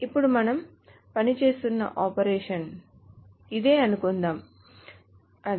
ఇప్పుడు మనము పనిచేస్తున్న ఆపరేషన్ ఇదే అనుకుందాం అది